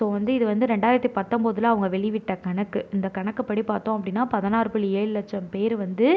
so வந்து இது வந்து ரெண்டாயிரத்தி பத்தம்போதில் அவங்க வெளிவிட்ட கணக்கு அந்த கணக்குப்படி பார்த்தோம் அப்படினா பதினாறு புள்ளி ஏழு லட்சம் பேர் வந்து